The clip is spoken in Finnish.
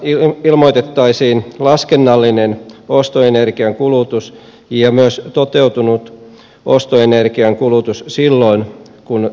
todistuksessa ilmoitettaisiin laskennallinen ostoenergian kulutus ja myös toteutunut ostoenergian kulutus silloin kun tieto on saatavilla